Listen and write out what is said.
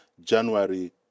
January